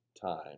time